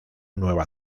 nueva